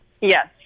Yes